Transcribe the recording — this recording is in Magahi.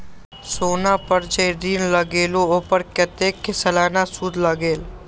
सोना पर जे ऋन मिलेलु ओपर कतेक के सालाना सुद लगेल?